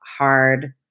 Hard